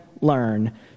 learn